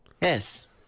Yes